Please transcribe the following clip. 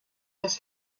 des